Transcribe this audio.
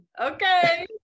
Okay